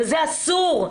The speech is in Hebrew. וזה אסור.